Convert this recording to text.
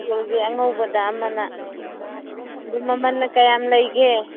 ꯁ꯭ꯀꯨꯜꯒꯤ ꯑꯉꯧꯕꯗ ꯑꯃꯅ ꯑꯗꯨ ꯃꯃꯟꯅ ꯀꯌꯥꯝ ꯂꯩꯒꯦ